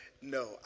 no